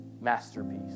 masterpiece